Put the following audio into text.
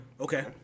Okay